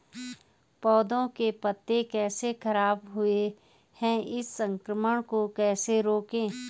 पौधों के पत्ते कैसे खराब हुए हैं इस संक्रमण को कैसे रोकें?